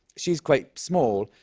she's quite small.